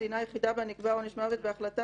המדינה היחידה בה נקבע עונש מוות בהחלטה